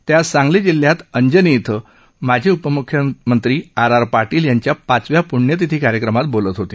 ते आज सांगली जिल्ह्यात अंजनी इथं माजी उपम्ख्यमंत्री आर आर पाटील यांच्या पाचव्या पृण्यतिथी कार्यक्रमात बोलत होते